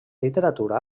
literatura